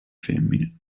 femmine